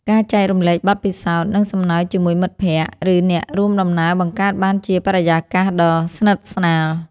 ការចែករំលែកបទពិសោធន៍ និងសំណើចជាមួយមិត្តភក្តិ ឬអ្នករួមដំណើរបង្កើតបានជាបរិយាកាសដ៏ស្និទ្ធស្នាល។